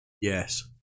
Yes